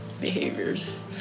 behaviors